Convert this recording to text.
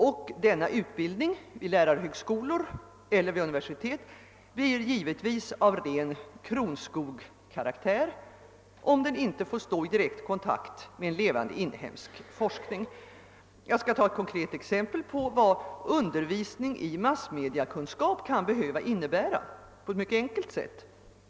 Och denna utbildning vid lärarhögskolor eller universitet blir givetvis av ren Chronschoughkaraktär om den inte står i direkt kontakt med en levande inhemsk forskning. Jag skall här ta ett enkelt konkret exempel på vad undervisningen i massmediakunskap kan behöva innebära.